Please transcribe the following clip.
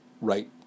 right